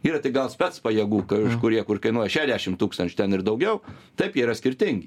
yra tai gal specpajėgų kažkurie kur kainuoja šešiadešim tūkstančių ten ir daugiau taip jie yra skirtingi